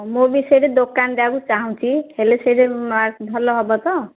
ହଁ ମୁଁ ବି ସେଇଠି ଦୋକାନ ଦେବାକୁ ଚାହୁଁଛି ହେଲେ ସେଇଠି ମା ଭଲ ହେବ ତ